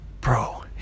bro